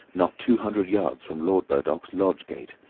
not two hundred yards from lord burdock's lodge gate.